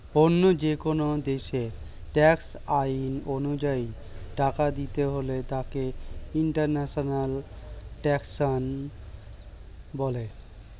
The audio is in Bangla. অন্য যেকোন দেশের ট্যাক্স আইন অনুযায়ী টাকা দিতে হলে তাকে ইন্টারন্যাশনাল ট্যাক্সেশন বলে